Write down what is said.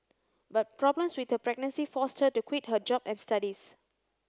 but problems with her pregnancy forced her to quit her job and studies